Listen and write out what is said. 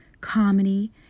comedy